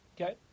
Okay